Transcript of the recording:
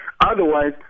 Otherwise